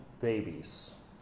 babies